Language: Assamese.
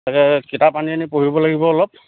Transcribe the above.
তাকে কিতাপ আনি আনি পঢ়িব লাগিব অলপ